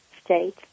state